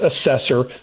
assessor